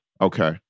Okay